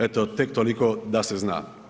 Eto tek toliko da se zna.